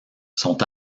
sont